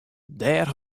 dêr